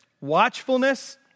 watchfulness